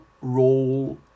role